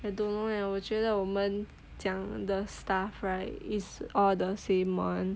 I don't know leh 我觉得我们讲 the stuff right it's all the same man